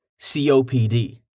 COPD